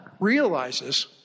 realizes